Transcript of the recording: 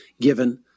given